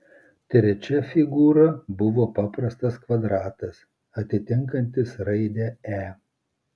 trečia figūra buvo paprastas kvadratas atitinkantis raidę e